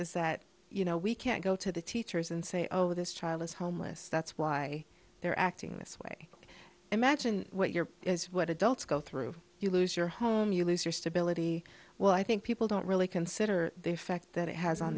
is that you know we can't go to the teachers and say oh this child is homeless that's why they're acting this way imagine what you're is what adults go through you lose your home you lose your stability well i think people don't really consider the effect that it has on